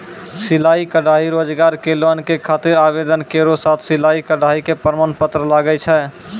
सिलाई कढ़ाई रोजगार के लोन के खातिर आवेदन केरो साथ सिलाई कढ़ाई के प्रमाण पत्र लागै छै?